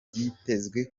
byitezwe